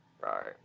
Right